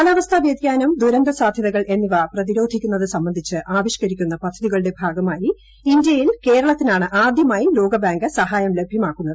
കാലാവസ്ഥാ വ്യതിയാനം ദുരന്ത സാധ്യതകൾ എന്നിവ പ്രതിരോധിക്കുന്നത് സംബന്ധിച്ച് ആവിഷ്കരിക്കുന്ന പദ്ധതികളുടെ ഭാഗമായി ഇന്ത്യയിൽ കേരളത്തിനാണ് ആദ്യമായി ലോകബാങ്ക് സഹായം ലഭ്യമാക്കുന്നത്